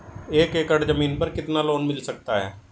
एक एकड़ जमीन पर कितना लोन मिल सकता है?